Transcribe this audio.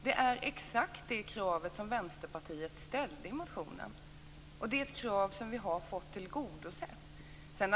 Det var exakt det kravet som Vänsterpartiet ställde i motionen, och det är ett krav som vi har fått tillgodosett.